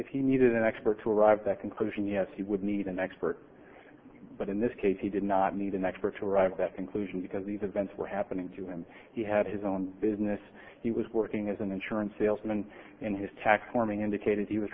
if he needed an expert to arrive that conclusion yes he would need an expert but in this case he did not need an expert to arrive that conclusion because these events were happening to him he had his own business he was working as an insurance salesman in his tax forming indicated he was